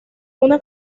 una